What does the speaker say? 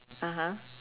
(uh huh)